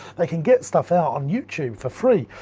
they can get stuff out on youtube for free.